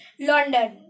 London